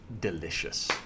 Delicious